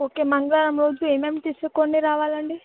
okay మంగళవారం రోజు ఏమేమి తీసుకుని రావాలండి